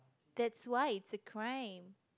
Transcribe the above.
that's why it's a crime